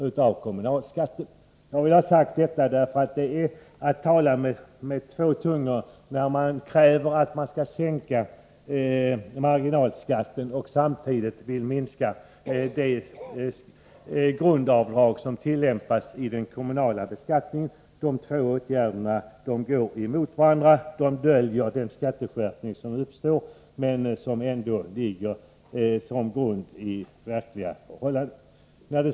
Jag påstår att moderaterna talar med två tungor när de å ena sidan vill sänka marginalskatten och å andra sidan vill minska det grundavdrag som tillämpas i den kommunala beskattningen. Dessa två åtgärder går emot varandra. Moderaterna försöker dölja den skatteskärpning som faktiskt blir följden av deras förslag.